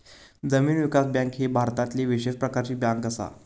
जमीन विकास बँक ही भारतातली विशेष प्रकारची बँक असा